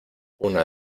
una